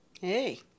Hey